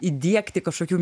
įdiegti kažkokių